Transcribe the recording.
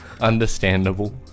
Understandable